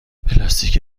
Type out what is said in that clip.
پلاستیک